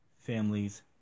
families